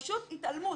פשוט התעלמות,